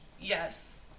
yes